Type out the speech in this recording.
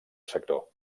sector